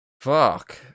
Fuck